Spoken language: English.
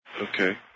Okay